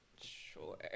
sure